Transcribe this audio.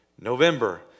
November